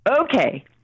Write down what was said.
okay